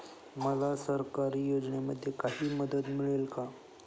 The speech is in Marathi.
मला सरकारी योजनेमध्ये काही मदत मिळेल का?